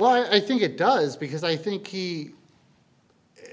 you i think it does because i think he